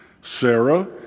Sarah